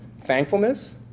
Thankfulness